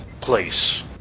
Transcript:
place